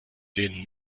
denen